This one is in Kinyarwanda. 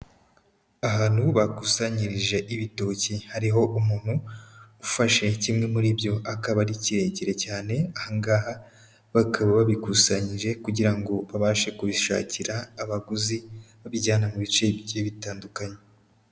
Ahantu bakusanyirije ibitoki, hariho umuntu ufashe kimwe muri byo akaba ari kirekire cyane, aha ngaha bakaba babikusanyije kugira ngo babashe kubishakira abaguzi babijyana mu bice bigiye bitandukanye.